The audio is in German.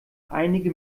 einige